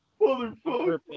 Motherfucker